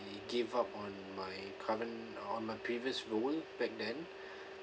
give up on my current on my previous role back then